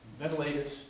ventilators